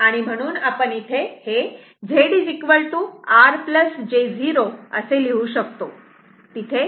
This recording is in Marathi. म्हणून आपण इथे Z R j 0 असे लिहू शकतो